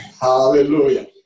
Hallelujah